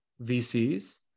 VCs